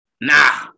nah